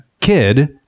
kid